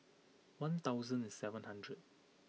one thousand and seven hundred